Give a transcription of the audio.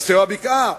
נעשה בבקעה.